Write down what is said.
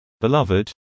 beloved